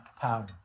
power